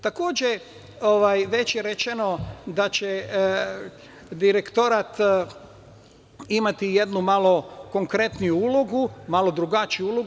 Takođe, već je rečeno da će Direktorat imati jednu konkretniju ulogu, malo drugačiju ulogu.